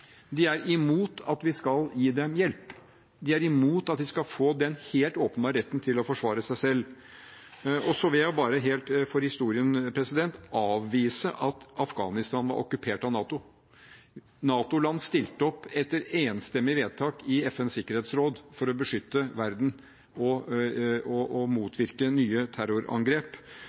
De er imot at vi skal gi dem hjelp, de er imot at de skal få den helt åpenbare retten til å forsvare seg selv. Og så vil jeg bare, for historien, helt avvise at Afghanistan var okkupert av NATO. NATO-land stilte opp etter enstemmig vedtak i FNs sikkerhetsråd for å beskytte verden og motvirke nye terrorangrep,